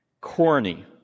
Corny